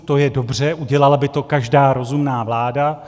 To je dobře, udělala by to každá rozumná vláda.